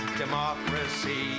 democracy